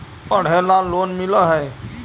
पढ़े ला लोन मिल है?